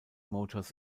motors